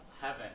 heaven